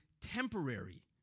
temporary